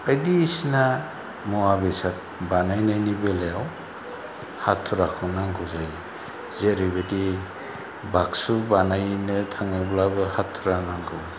बायदिसिना मुवा बेसाद बानायनायनि बेलायाव हाथुराखौ नांगौ जायो जेरै बायदि बाकसु बानायनो थाङोब्लाबो हाथुरा नांगौ